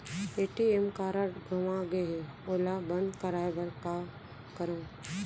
ATM card गंवा गे है ओला बंद कराये बर का करंव?